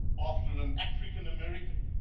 after a and african american,